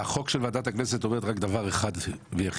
החוק של ועדת הכנסת אומרת רק דבר אחד ויחיד